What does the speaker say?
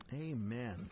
Amen